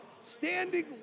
Standing